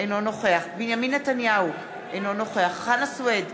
אינו נוכח בנימין נתניהו, אינו נוכח חנא סוייד,